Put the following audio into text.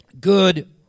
good